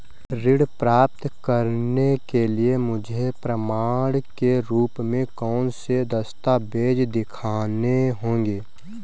ऋण प्राप्त करने के लिए मुझे प्रमाण के रूप में कौन से दस्तावेज़ दिखाने होंगे?